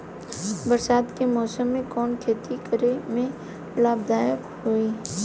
बरसात के मौसम में कवन खेती करे में लाभदायक होयी?